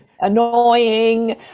annoying